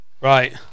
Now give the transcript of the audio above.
Right